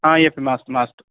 हा येस् मास्तु मास्तु